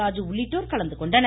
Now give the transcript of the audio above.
ராஜு உள்ளிட்டோர் கலந்துகொண்டனர்